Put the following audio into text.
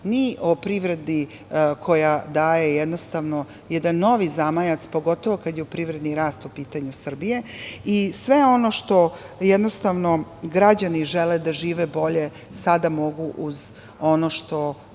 ni o privredi koja daje jednostavno jedan novi zamajac, pogotovo kad je privredni rast Srbije u pitanju. Jednostavno, građani žele da žive bolje i sada mogu uz ono što